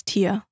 Tier